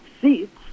seats